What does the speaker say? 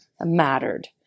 mattered